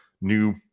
new